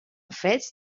fets